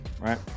Right